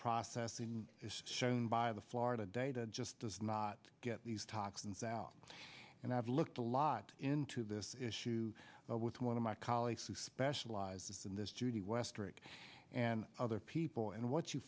processing is shown by the florida data just does not get these toxins out and i've looked a lot into this issue with one of my colleagues who specializes in this to the west rick and other people and what you